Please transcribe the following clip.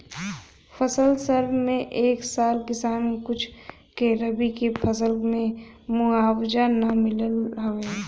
फसल सर्वे में ए साल किसान कुल के रबी के फसल के मुआवजा ना मिलल हवे